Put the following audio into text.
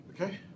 Okay